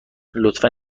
لطفا